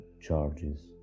Charges